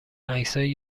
عکسای